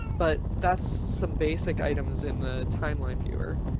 but that's some basic items in the timeline viewer.